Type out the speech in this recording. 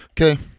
Okay